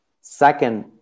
Second